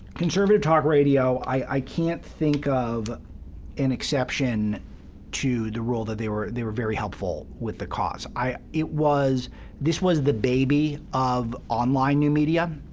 conservative talk radio, i can't think of an exception to the rule that they were they were very helpful with the cause. it was this was the baby of online new media,